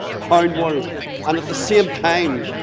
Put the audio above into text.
pound world and at the same time,